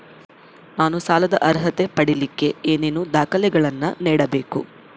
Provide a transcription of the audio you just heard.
ನಾನು ಸಾಲದ ಅರ್ಹತೆ ಪಡಿಲಿಕ್ಕೆ ಏನೇನು ದಾಖಲೆಗಳನ್ನ ನೇಡಬೇಕು?